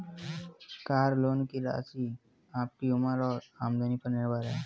car loan की राशि आपकी उम्र और आमदनी पर निर्भर है